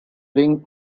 ring